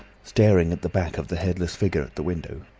staring at the back of the headless figure at the window.